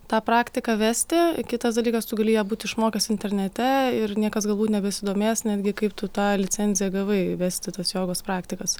tą praktiką vesti kitas dalykas tu gali ją būt išmokęs internete ir niekas galbūt nebesidomės netgi kaip tu tą licenziją gavai vesti tas jogos praktikas